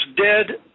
dead